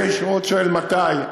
הוא עוד שואל מתי.